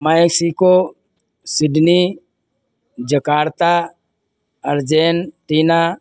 Mexico Sydney Jakarta Argentina